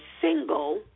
single